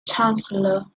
chancellor